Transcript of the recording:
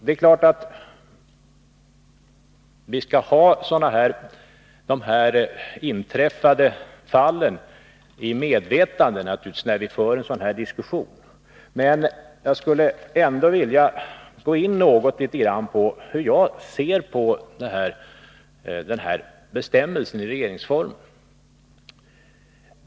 Det är klart att vi skall ha de här inträffade fallen i medvetande när vi för en sådan här diskussion. Men jag skulle ändå litet grand vilja gå in på hur jag ser på den här bestämmelsen i regeringsformen.